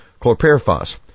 chlorpyrifos